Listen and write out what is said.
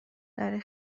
داری